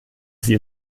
sie